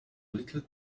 little